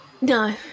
No